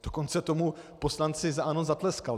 Dokonce tomu poslanci za ANO zatleskali.